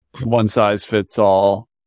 one-size-fits-all